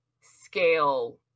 scale